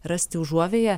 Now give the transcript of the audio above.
rasti užuovėją